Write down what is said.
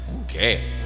Okay